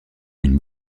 une